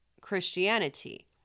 Christianity